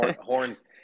Horns